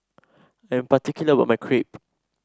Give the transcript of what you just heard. I'm particular about my Crepe